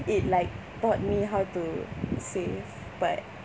it like taught me how to save but